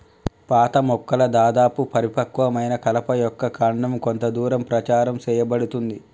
పాత మొక్కల దాదాపు పరిపక్వమైన కలప యొక్క కాండం కొంత దూరం ప్రచారం సేయబడుతుంది